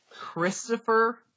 Christopher